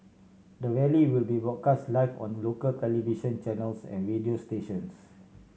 the rally will be broadcast live on local television channels and radio stations